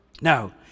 Now